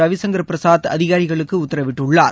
ரவிசங்கர் பிரசாத் அதிகாரிகளுக்கு உத்தரவிட்டுள்ளார்